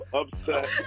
upset